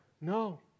no